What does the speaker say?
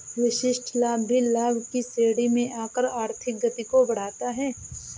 विशिष्ट लाभ भी लाभ की श्रेणी में आकर आर्थिक गति को बढ़ाता है